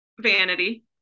Vanity